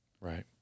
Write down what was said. Right